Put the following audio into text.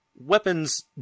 weapons